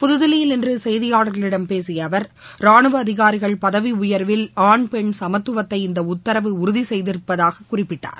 புதுதில்லியில் இன்று செய்தியாளர்களிடம் பேசிய அவர் ராணுவ அதிகாரிகள் பதவி உயர்வில் ஆண் பெண் சமத்துவத்தை இந்த உத்தரவு உறுதி செய்திருப்பதாகவும் குறிப்பிட்டார்